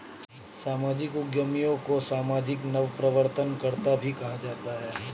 सामाजिक उद्यमियों को सामाजिक नवप्रवर्तनकर्त्ता भी कहा जाता है